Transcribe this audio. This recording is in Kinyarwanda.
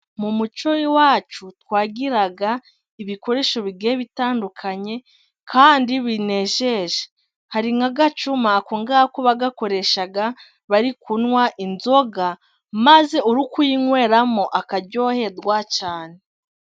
Mu muco w'iwacu twagiraga ibikoresho bigiye bitandukanye kandi binejeje. Hari nk'agacuma ako ngako bagakoreshaga bari kunywa inzoga maze uri kuyinyweramo akaryoherwa cyane.